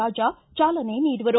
ರಾಜಾ ಚಾಲನೆ ನೀಡುವರು